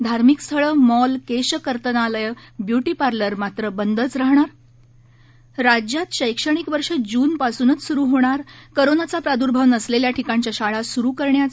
धार्मिक स्थळे मॉल केशकर्तनालय ब्युटीपार्लर मात्र बंदच राहणार राज्यात शैक्षणिक वर्ष जूनपासूनच सुरू होणार कोरोनाचा प्रादुर्भाव नसलेल्या ठिकाणच्या शाळा सुरू करण्याचे